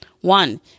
One